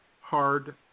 hard